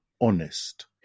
honest